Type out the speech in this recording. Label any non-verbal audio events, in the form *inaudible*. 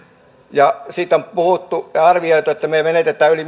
on puhuttu ja ja arvioitu että me menetämme yli *unintelligible*